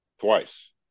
Twice